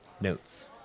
notes